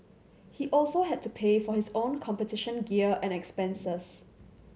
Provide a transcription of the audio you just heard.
he also had to pay for his own competition gear and expenses